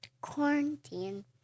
quarantine